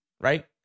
right